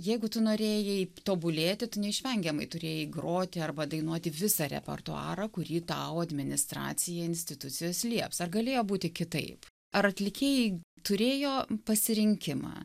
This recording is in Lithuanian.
jeigu tu norėjai tobulėti tu neišvengiamai turėjai groti arba dainuoti visą repertuarą kurį tau administracija institucijos lieps ar galėjo būti kitaip ar atlikėjai turėjo pasirinkimą